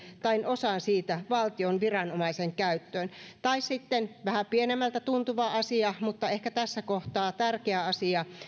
tai osa siitä valtion viranomaisen käyttöön tai sitten vähän pienemmältä tuntuva asia mutta ehkä tässä kohtaa tärkeä asia että